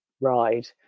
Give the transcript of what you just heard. ride